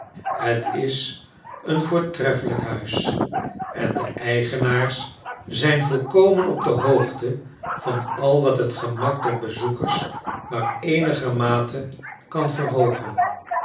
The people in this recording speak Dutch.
het is een voortreffelijk huis en de eigenaars zijn volkomen op de hoogte van al wat het gemak der bezoekers maar eenigermate kan verhoogen